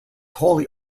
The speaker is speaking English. wholly